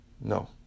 No